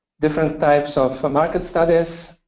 different types of market studies.